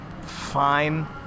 fine